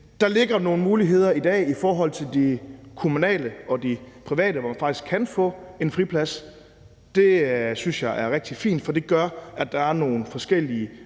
Der ligger nogle muligheder i dag i forhold til de kommunale og de private tilbud, hvor man faktisk kan få en friplads. Det synes jeg er rigtig fint, for det gør, at der er nogle forskellige